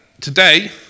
Today